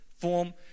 form